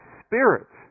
spirit